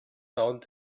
sound